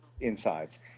insides